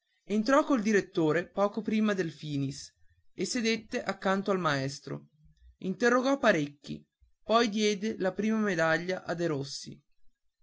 entrò col direttore poco prima del finis e sedette accanto al maestro interrogò parecchi poi diede la prima medaglia a derossi